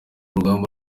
rugamba